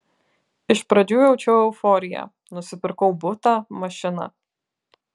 iš pradžių jaučiau euforiją nusipirkau butą mašiną